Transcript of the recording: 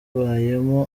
igihe